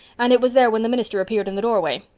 and it was there when the minister appeared in the doorway.